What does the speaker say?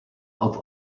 auf